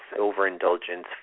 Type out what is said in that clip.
Overindulgence